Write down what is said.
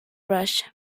rush